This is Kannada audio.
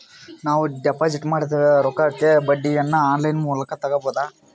ನಾವು ಡಿಪಾಜಿಟ್ ಮಾಡಿದ ರೊಕ್ಕಕ್ಕೆ ಬಡ್ಡಿಯನ್ನ ಆನ್ ಲೈನ್ ಮೂಲಕ ತಗಬಹುದಾ?